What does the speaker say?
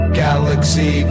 galaxy